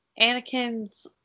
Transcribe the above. Anakin's